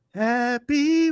happy